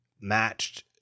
matched